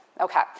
Okay